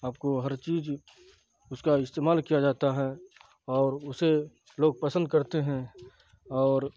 آپ کو ہر چیز اس کا استعمال کیا جاتا ہے اور اسے لوگ پسند کرتے ہیں اور